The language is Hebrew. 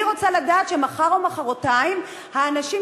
אני רוצה לדעת שמחר או מחרתיים האנשים